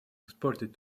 exported